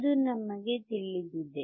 ಅದು ನಮಗೆ ತಿಳಿದಿದೆ